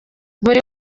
buri